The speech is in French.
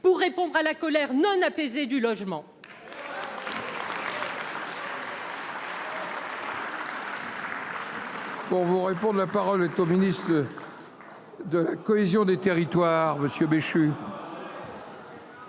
pour répondre à la colère non apaisée du monde